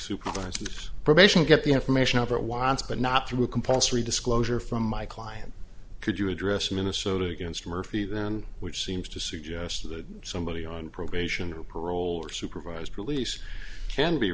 supervised probation get the information about winds but not through a compulsory disclosure from my client could you address minnesota against murphy then which seems to suggest that somebody on probation or parole or supervised release can be